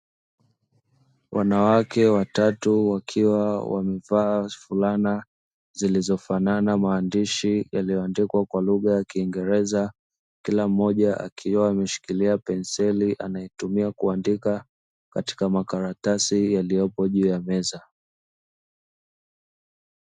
Wanawake watatu wamevaa fulana ziliyofanana maandishi ziliyoandikwa kwa lugha ya kingereza kila mmoja akiwa ameshikiia penseli anayotumia kuandika katika makaratasi yaliyopo juu ya meza.